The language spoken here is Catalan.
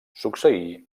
succeí